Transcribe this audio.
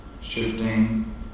shifting